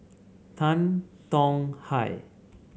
Tan Tong Hye